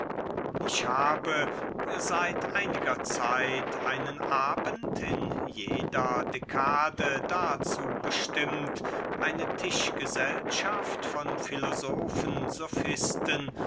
ich habe seit einiger zeit einen abend in jeder dekade dazu bestimmt eine tischgesellschaft von